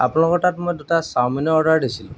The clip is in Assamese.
আপোনালোকৰ তাত মই দুটা চাওমিনৰ অৰ্ডাৰ দিছিলোঁ